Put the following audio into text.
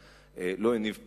לא הניב פירות,